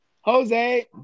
Jose